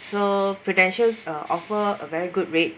so Prudential uh offer a very good rate